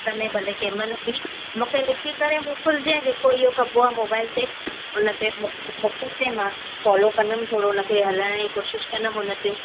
समय भले कंहिंमहिल बि मूंखे लिखी करे मोकिलिजांइ जेको इहो कबो आहे मोबाइल ते हुनते मूंखे मोकिल मोकिलिजांइ मां फॉलो कंदमि थोरो हुनखे हलाइण जी कोशिशि कंदमि हुनते